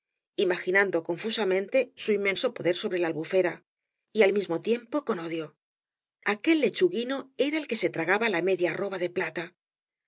imaginando confusamente su inmenso poder sobre la albufera y al mismo tiempo con odio aquel lechuguino era el que se tragaba la media arroba de plata